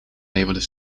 leverden